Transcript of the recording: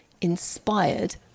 inspired